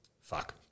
fuck